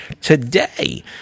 today